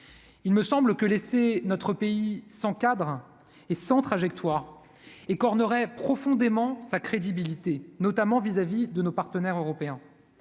il me semble que laisser notre pays sans cadre et sans trajectoire écornerait profondément sa crédibilité, notamment vis-à-vis de nos partenaires européens,